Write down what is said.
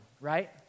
right